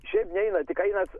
šiaip neina tik einas